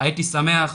הייתי שמח,